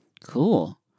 Cool